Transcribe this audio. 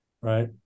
Right